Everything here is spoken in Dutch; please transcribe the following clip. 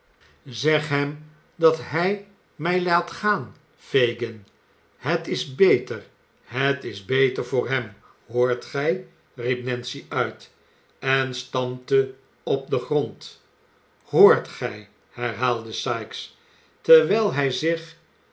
zég hem dat hij mij laat gaan fagin het is beter het is beter voor hem hoort gij riep nancy uit en stampte op den grond hoort gij herhaalde sikes terwijl hij zich